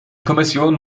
kommission